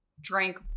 drank